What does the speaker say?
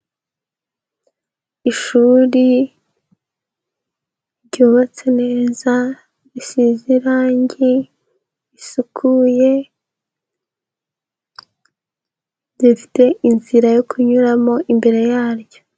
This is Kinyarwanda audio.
Ishuri ryubatse neza risize irangi, risukuye, rifite inzira yo kunyuramo imbere yaryo.